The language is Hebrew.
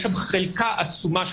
יש שם חלקה עצומה,